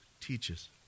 teaches